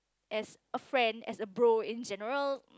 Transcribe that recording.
as a friend as a bro in general